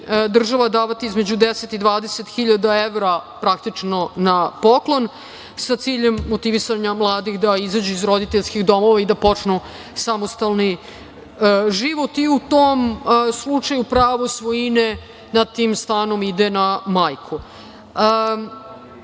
država davati između 10.000 i 20.000 evra praktično na poklon, sa ciljem motivisanja mladih da izađu iz roditeljskih domova i da počnu samostalni život i u tom slučaju pravo svojine na tim stanom ide na majku. Ono